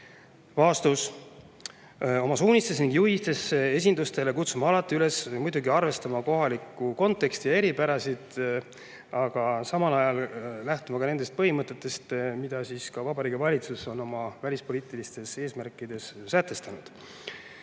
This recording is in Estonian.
riigis?" Oma suunistes ning juhistes esindustele kutsun ma muidugi alati üles arvestama kohalikku konteksti ja eripärasid, aga samal ajal lähtuma ka nendest põhimõtetest, mida Vabariigi Valitsus on oma välispoliitilistes eesmärkides sätestanud.